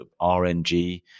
RNG